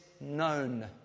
known